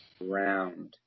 Round